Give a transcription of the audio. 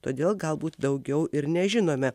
todėl galbūt daugiau ir nežinome